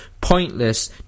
pointless